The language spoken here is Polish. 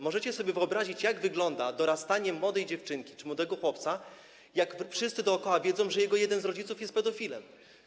Możecie sobie wyobrazić, jak wygląda dorastanie młodej dziewczynki czy młodego chłopca, kiedy wszyscy dookoła wiedzą, że jeden z ich rodziców jest pedofilem.